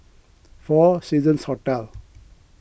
four Seasons Hotel